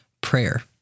prayer